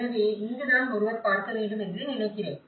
எனவே இங்குதான் ஒருவர் பார்க்க வேண்டும் என்று நினைக்கிறேன்